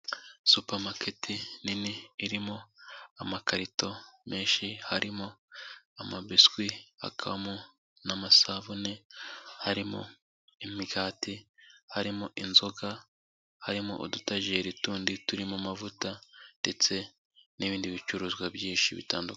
Supamaketi nini irimo amakarito menshi harimo amabesi hakabamo n'amasabune, harimo imigati, harimo inzoka, harimo udutageri tundi turimo amavuta ndetse n'ibindi bicuruzwa byinshi bitandukanye.